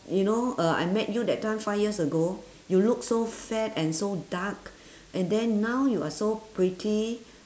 you know uh I met you that time five years ago you look so fat and so dark and then now you are so pretty